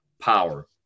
power